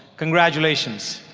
congratulations.